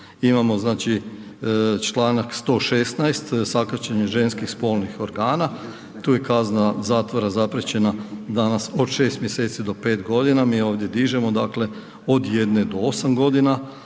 Imamo znači čl. 116. sakaćenje ženskih spolnih organa, tu je kazna zatvora zapriječena danas od 6 mj. do 5 g., mi ovdje dižemo dakle od 1 do 8 g., a